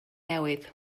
newydd